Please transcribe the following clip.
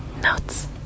nuts